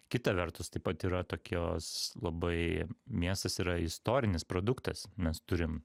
kita vertus taip pat yra tokios labai miestas yra istorinis produktas mes turim